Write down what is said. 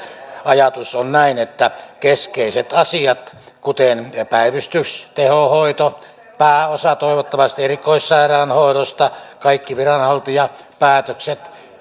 ajatus on näin että keskeiset asiat kuten päivystys tehohoito toivottavasti pääosa erikoissairaanhoidosta kaikki viranhaltijapäätökset